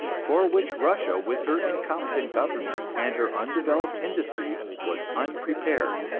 for which russia with her incompetent government and her undeveloped industry was unprepared.